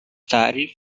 تعریف